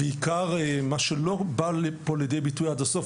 בעיקר מה שלא בא לידי ביטוי עד הסוף,